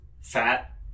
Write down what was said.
fat